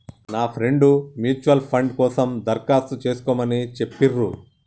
నా friend mutual fund కోసం దరఖాస్తు చేస్కోమని చెప్పిర్రు